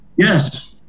Yes